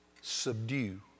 Subdue